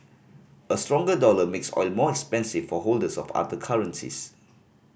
a stronger dollar makes oil more expensive for holders of other currencies